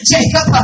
Jacob